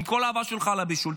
עם כל האהבה שלך לבישול,